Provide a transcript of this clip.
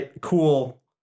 cool